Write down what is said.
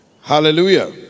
Hallelujah